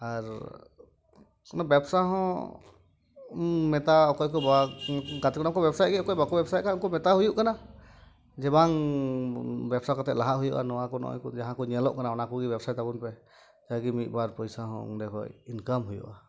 ᱟᱨ ᱵᱮᱵᱽᱥᱟᱦᱚᱸ ᱢᱮᱛᱟ ᱚᱠᱚᱭᱚᱠᱚ ᱜᱟᱛᱮ ᱠᱚᱲᱟᱠᱚ ᱵᱮᱵᱥᱟᱭᱮᱫ ᱜᱮᱭᱟ ᱚᱠᱚᱭ ᱵᱟᱠᱚ ᱵᱮᱵᱽᱥᱟᱭᱮᱫ ᱠᱷᱟᱱ ᱩᱱᱠᱚ ᱢᱮᱛᱟ ᱦᱩᱭᱩᱜ ᱠᱟᱱᱟ ᱡᱮ ᱵᱟᱝᱻ ᱵᱮᱵᱽᱥᱟ ᱠᱟᱛᱮ ᱞᱟᱦᱟ ᱦᱩᱭᱩᱜᱼᱟ ᱱᱚᱣᱟᱠᱚ ᱱᱚᱜᱼᱚᱭᱠᱚ ᱡᱟᱦᱟᱸᱠᱚ ᱧᱮᱞᱚᱜ ᱠᱟᱱᱟ ᱚᱱᱟᱠᱚᱜᱮ ᱵᱮᱵᱽᱥᱟᱭ ᱛᱟᱵᱚᱱᱯᱮ ᱡᱟᱜᱮ ᱢᱤᱫ ᱵᱟᱨ ᱯᱚᱭᱥᱟᱦᱚᱸ ᱚᱱᱰᱮ ᱠᱷᱚᱱ ᱤᱱᱠᱟᱢ ᱦᱩᱭᱩᱜᱼᱟ